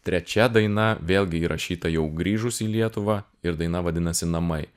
trečia daina vėlgi įrašyta jau grįžus į lietuvą ir daina vadinasi namai